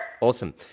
Awesome